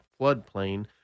floodplain –